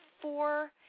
four